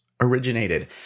originated